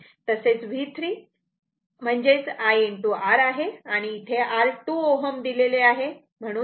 तसेच V3 I R आहे आणि इथे R 2 Ω दिलेले आहे